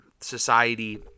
society